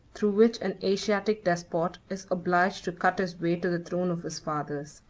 through which an asiatic despot is obliged to cut his way to the throne of his fathers.